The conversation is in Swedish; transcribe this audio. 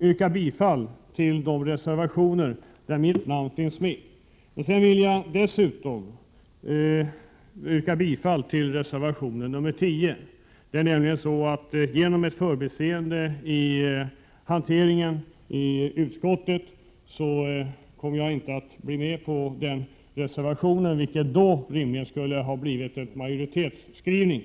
yrkar jag bifall till de reservationer där mitt namn finns med. Jag vill dessutom yrka bifall till reservation nr 10. Genom ett förbiseende i hanteringen i utskottet komm jag inte att stå med på den reservationen. Det skulle då ha blivit en majoritetsskrivning.